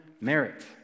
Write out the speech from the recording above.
merit